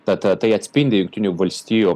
tad tai atspindi jungtinių valstijų